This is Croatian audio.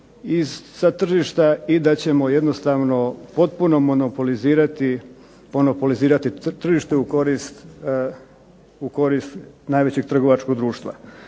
sa tržišta i da ćemo jednostavno potpuno monopolizirati tržište u korist najvećeg trgovačkog društva.